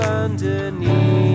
underneath